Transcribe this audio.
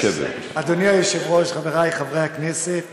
חבר הכנסת חזן.